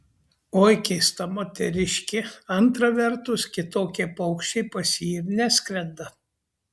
oi keista moteriškė antra vertus kitokie paukščiai pas jį ir neskrenda